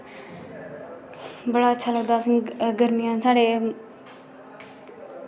बडा अच्छा लगदा गर्मिये च साढ़े